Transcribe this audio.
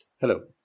Hello